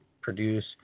produce